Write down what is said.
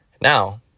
now